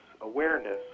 awareness